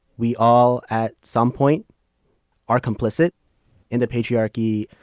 we all at some point are complicit in the patriarchy.